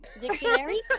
Dictionary